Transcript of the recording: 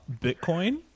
Bitcoin